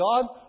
God